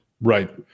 Right